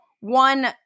one